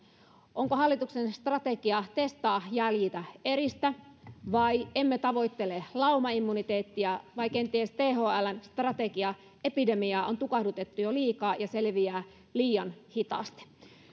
onko hallituksen strategia testaa jäljitä eristä vai emme tavoittele laumaimmuniteettia vai kenties thln strategia epidemiaa on tukahdutettu jo liikaa ja se leviää liian hitaasti